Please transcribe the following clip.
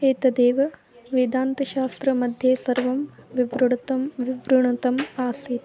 एतदेव वेदान्तशास्त्रमध्ये सर्वं विवृणुतं विवृणुतम् आसीत्